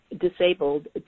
Disabled